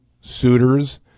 suitors